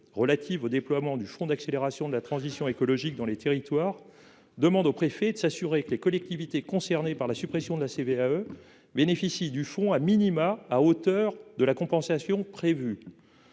relative au déploiement du fonds d'accélération de la transition écologique dans les territoires demande ainsi aux préfets de s'assurer que les collectivités concernées par la suppression de la CVAE « bénéficient [...] du fonds [...] à hauteur de la compensation prévue